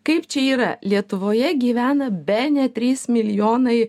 kaip čia yra lietuvoje gyvena bene trys milijonai